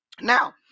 Now